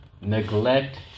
neglect